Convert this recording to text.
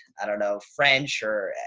i don't know, french or and